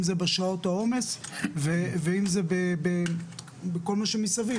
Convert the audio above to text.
אם זה בשעות העומס ואם זה בכל מה שמסביב,